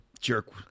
jerk